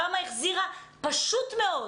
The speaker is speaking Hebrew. כמה החזירה פשוט מאוד.